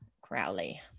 Crowley